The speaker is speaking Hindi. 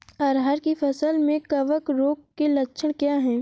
अरहर की फसल में कवक रोग के लक्षण क्या है?